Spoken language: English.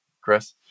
Chris